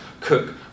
cook